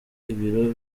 ibiro